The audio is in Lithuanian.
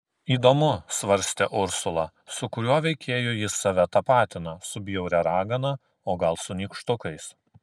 įdomu svarstė ursula su kuriuo veikėju jis save tapatina su bjauria ragana o gal su nykštukais